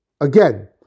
Again